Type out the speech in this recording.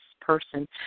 person